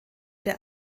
der